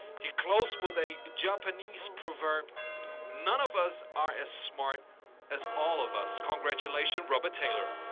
he closed with a japanese proverb none of us are as smart as all of us. congratulation, robert taylor.